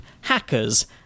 hackers